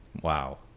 Wow